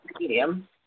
medium